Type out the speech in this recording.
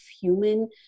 human